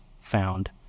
found